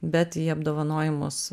bet į apdovanojimus